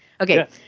Okay